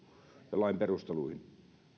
ja lain perusteluihin